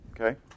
Okay